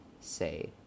say